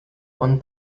one